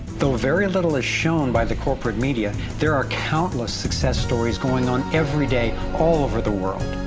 though very little is shown by the corporate media, there are countless success stories going on every day, all over the world.